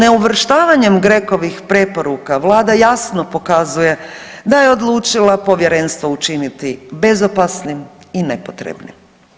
Ne uvrštavanjem GRECO-ovih preporuka Vlada jasno pokazuje da je odlučila povjerenstvo učiniti bezopasnim i nepotrebnim.